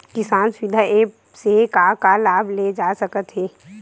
किसान सुविधा एप्प से का का लाभ ले जा सकत हे?